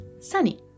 sunny